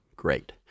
great